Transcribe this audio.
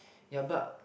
ya but